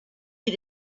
you